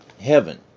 heaven